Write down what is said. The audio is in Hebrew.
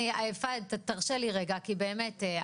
פהד, תרשה לי רגע, אני